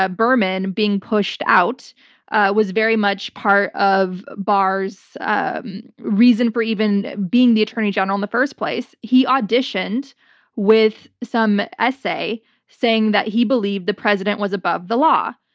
ah berman being pushed out was very much part of barr's reason for even being the attorney general in the first place. he auditioned with some essay saying that he believed the president was above the law,